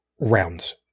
rounds